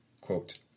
quote